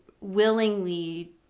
willingly